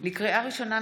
לקריאה ראשונה,